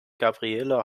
gabriele